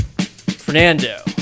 Fernando